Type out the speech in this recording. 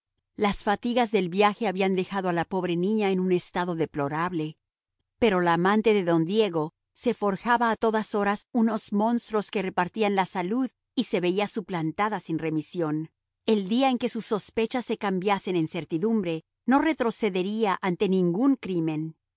las fatigas del viaje habían dejado a la pobre niña en un estado deplorable pero la amante de don diego se forjaba a todas horas unos monstruos que repartían la salud y se veía suplantada sin remisión el día en que sus sospechas se cambiasen en certidumbre no retrocedería ante ningún crimen